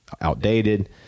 outdated